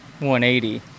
180